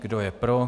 Kdo je pro?